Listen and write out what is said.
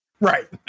right